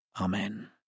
Amen